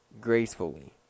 gracefully